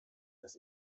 das